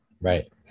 right